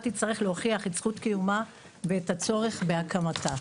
תצטרך להוכיח את זכות קיומה ואת הצורך בהקמתה.